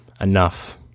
enough